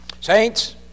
Saints